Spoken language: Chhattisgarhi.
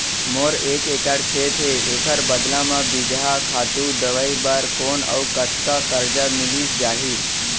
मोर एक एक्कड़ खेत हे, एखर बदला म बीजहा, खातू, दवई बर कोन अऊ कतका करजा मिलिस जाही?